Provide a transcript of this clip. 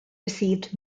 received